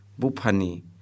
Bupani